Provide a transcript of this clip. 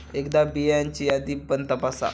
एकदा बियांची यादी पण तपासा